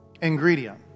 ingredient